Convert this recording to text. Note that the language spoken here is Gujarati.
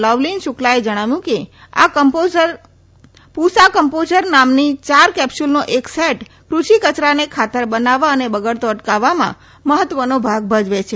લવલીન શુકલાએ જણાવ્યું કે પૂરતા ડિકમ્પોસર નામની ચાર કેપ્સૂલનો એક સેટ ક્રષિ કયરાને ખાતર બનાવવા અને બગડતો અટકાવવા મહત્વનો ભાગ ભજવે છે